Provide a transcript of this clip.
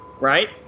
right